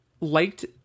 liked